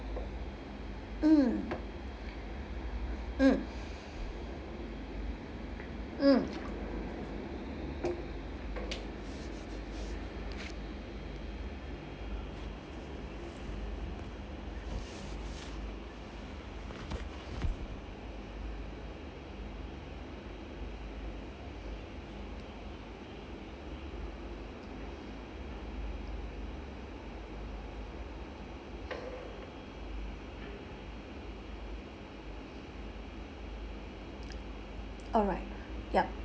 mm mm mm alright yup